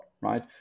right